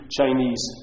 Chinese